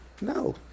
No